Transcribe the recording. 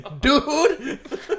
Dude